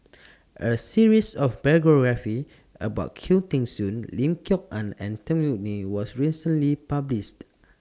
A series of biographies about Khoo Teng Soon Lim Kok Ann and Tan Yeok Nee was recently published